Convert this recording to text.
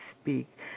Speak